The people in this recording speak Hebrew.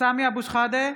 סמי אבו שחאדה,